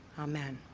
amen.